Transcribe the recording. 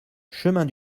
chemin